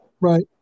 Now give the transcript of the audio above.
Right